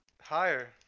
Higher